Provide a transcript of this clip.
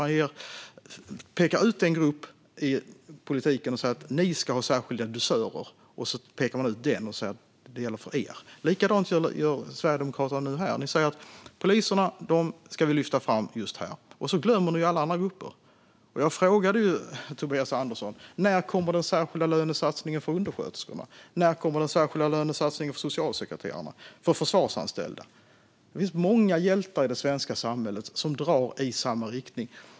Man pekar ut en grupp och säger "Ni ska ha särskilda dusörer. Det gäller för er". Likadant gör Sverigedemokraterna nu här. Ni vill att vi ska lyfta fram poliserna just här, och så glömmer ni alla andra grupper. Jag frågade ju Tobias Andersson om det. När kommer den särskilda lönesatsningen på undersköterskorna? När kommer den särskilda lönesatsningen på socialsekreterarna? På de försvarsanställda? Det finns många hjältar i det svenska samhället som drar i samma riktning.